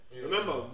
Remember